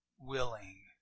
willing